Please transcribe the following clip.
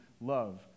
love